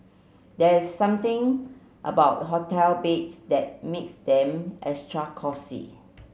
there is something about hotel beds that makes them extra cosy